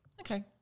Okay